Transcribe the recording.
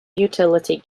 utility